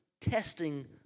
testing